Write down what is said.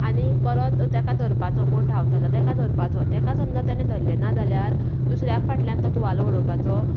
आनी परत तेका धरपाचो कोण धांवतलो तेका धरपाचो तेका समजा तेणें धरलें ना जाल्यार दुसऱ्या फाटल्यान तो तुवालो उडोवपाचो